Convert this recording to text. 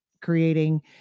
creating